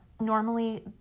Normally